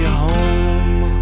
home